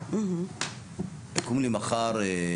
יקום לי מחר,